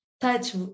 touch